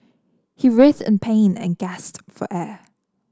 he writhes in pain and guessed for air